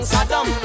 Saddam